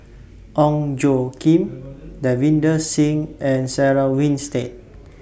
Ong Tjoe Kim Davinder Singh and Sarah Winstedt